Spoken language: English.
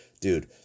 dude